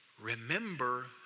remember